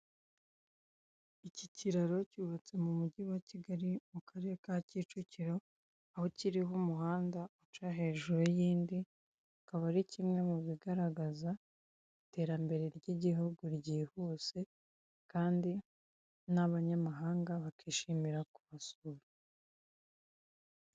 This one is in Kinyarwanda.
Iki kiraro cyubatse mu mujyi wa kigali mu karere ka Kicukiro, aho kiriho umuhanda uca hejuru y'indi, akaba ari kimwe mu bigaragaza iterambere ry'igihugu ryihuse kandi n'abanyamahanga bakishimira kuhasura.